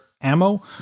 ammo